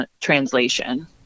translation